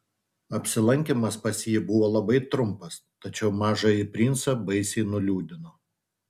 apsilankymas pas jį buvo labai trumpas tačiau mažąjį princą baisiai nuliūdino